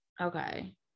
Okay